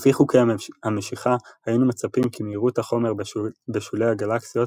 לפי חוקי המשיכה היינו מצפים כי מהירות החומר בשולי הגלקסיות